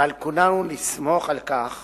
ועל כולנו לסמוך, על כך